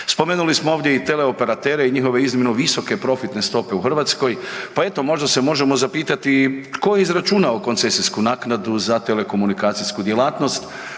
Spomenuli smo ovdje i teleoperatere i njihove iznimno visoke profitne stope u Hrvatskoj. Pa eto možda se možemo zapitati tko je izračunao koncesijsku naknadu za telekomunikacijsku djelatnost,